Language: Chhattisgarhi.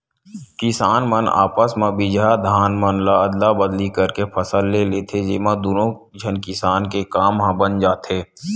किसान मन आपस म बिजहा धान मन ल अदली बदली करके फसल ले लेथे, जेमा दुनो झन किसान के काम ह बन जाथे